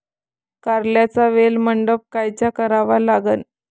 कारल्याचा वेल मंडप कायचा करावा लागन?